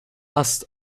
ast